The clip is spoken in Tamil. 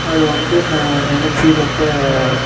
அது வந்து நான் நினச்சி ரொம்ப